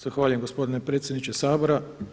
Zahvaljujem gospodine predsjedniče Sabora.